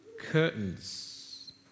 Curtains